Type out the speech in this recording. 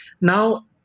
Now